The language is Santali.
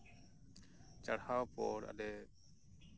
ᱪᱟᱨᱦᱟᱣ ᱯᱚᱨ ᱟᱞᱮ